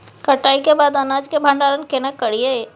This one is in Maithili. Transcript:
कटाई के बाद अनाज के भंडारण केना करियै?